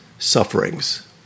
Sufferings